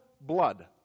blood